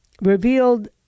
revealed